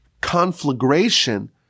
conflagration